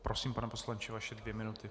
Prosím, pane poslanče, vaše dvě minuty.